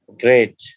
great